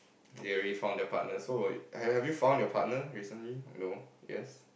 you already found your partner so will you have have you found your partner recently no yes